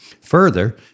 Further